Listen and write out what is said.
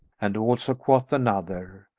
and also quoth another,